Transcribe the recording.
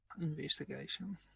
Investigation